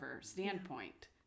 standpoint